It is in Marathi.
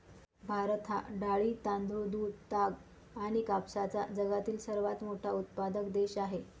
भारत हा डाळी, तांदूळ, दूध, ताग आणि कापसाचा जगातील सर्वात मोठा उत्पादक देश आहे